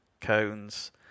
cones